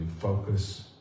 focus